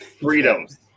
freedoms